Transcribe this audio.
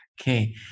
Okay